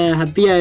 happy